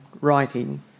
writing